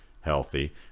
healthy